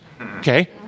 Okay